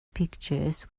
pictures